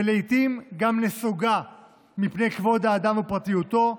ולעיתים גם נסוגה מפני כבוד האדם ופרטיותו,